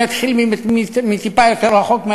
אתחיל טיפה יותר רחוק,